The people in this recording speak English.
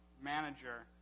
manager